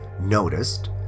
noticed